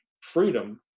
freedom